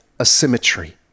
asymmetry